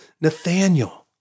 Nathaniel